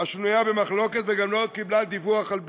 השנויה במחלוקת וגם לא קיבלה דיווח על ביצועה.